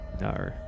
No